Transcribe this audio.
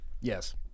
Yes